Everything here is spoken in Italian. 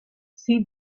steve